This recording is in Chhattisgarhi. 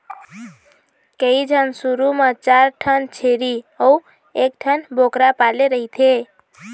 कइझन शुरू म चार ठन छेरी अउ एकठन बोकरा पाले रहिथे